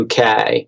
UK